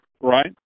right